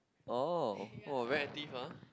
oh oh very active ah